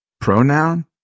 pronoun